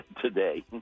today